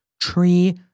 tree